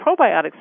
Probiotics